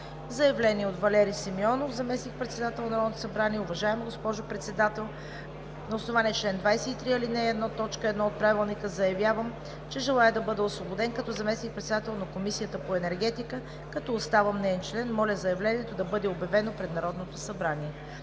Заявление от Валери Симеонов – заместник-председател на Народното събрание: „Уважаема госпожо Председател, на основание чл. 23, ал. 1, т. 1 от Правилника заявявам, че желая да бъда освободен като заместник-председател на Комисията по енергетика, като оставам неин член. Моля заявлението да бъде обявено пред Народното събрание.“